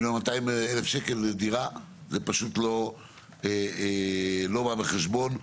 זה פשוט לא בא בחשבון.